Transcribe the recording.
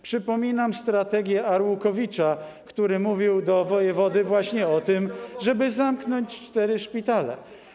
Przypominam strategię Arłukowicza, który mówił do wojewody właśnie o tym, żeby zamknąć cztery szpitale.